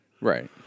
Right